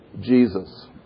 Jesus